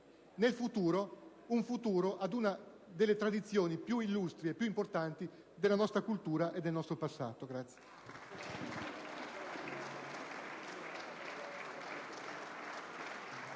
garantire un futuro ad una delle tradizioni più illustri e più importanti della nostra cultura e del nostro passato.